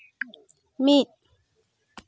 ᱢᱤᱫ